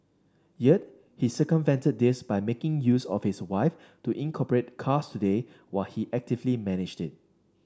yet he circumvented this by making use of his wife to incorporate Cars Today while he actively managed it